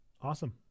Awesome